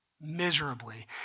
miserably